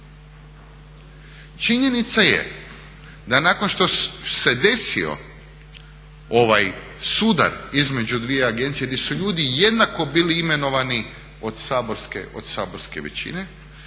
Činjenica je da nakon što se desio ovaj sudar između dvije agencije gdje su l ljudi jednako bili imenovani od saborske većine